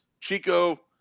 Chico